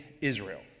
Israel